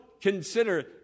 consider